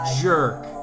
jerk